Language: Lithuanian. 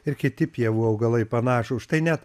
ir kiti pievų augalai panašūs štai net